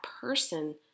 person